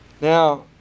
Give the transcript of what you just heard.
Now